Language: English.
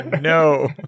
no